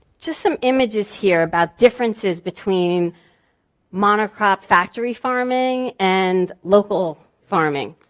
just some images here about differences between monocrop factory farming and local farming.